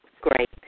Great